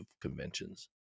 conventions